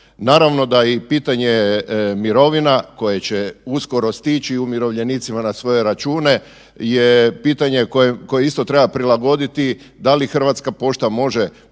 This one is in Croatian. Naravno da je i pitanje mirovina koje će uskoro stići umirovljenicima na svoje račune je pitanje koje isto treba prilagoditi. Da li Hrvatska pošta može ponovno